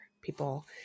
people